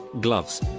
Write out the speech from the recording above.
Gloves